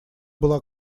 была